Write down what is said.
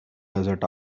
desert